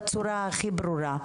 בצורה הכי ברורה,